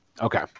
Okay